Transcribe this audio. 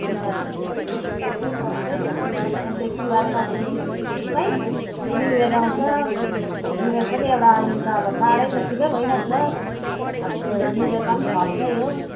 तिहार खर्चै खर्च त्यही त त्यहाँदेखि त्यो तिहार सक्ने बित्तिकैमै न्यू इयर आउँछ न्यू इयर पनि एउटा अहिले त अब चाडै जत्तिकै भइरहेको छ अब त्यो न्यू इयरमा पनि खर्चै हो